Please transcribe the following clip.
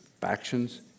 factions